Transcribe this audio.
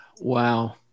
Wow